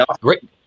great